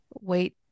wait